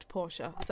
Porsche